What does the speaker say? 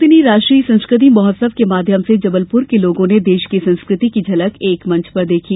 दो दिनी राष्ट्रीय संस्कृति महोत्सव के माध्यम से जबलपुर के लोगों ने देश की संस्कृति की झलक एक मंच में देखी